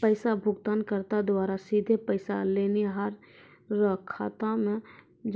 पैसा भुगतानकर्ता द्वारा सीधे पैसा लेनिहार रो खाता मे